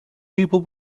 people